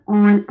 on